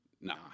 nah